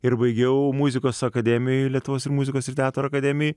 ir baigiau muzikos akademiją lietuvos muzikos ir teatro akademijoj